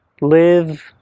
Live